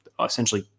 essentially